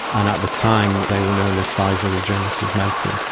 and at the time they were known as pfizer regenerative medicine,